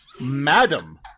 Madam